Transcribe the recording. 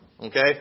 Okay